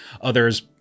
others